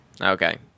Okay